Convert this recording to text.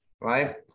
right